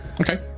okay